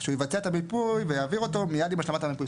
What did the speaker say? שהוא יבצע את המיפוי ויעביר אותו מיד עם השלמת המיפוי.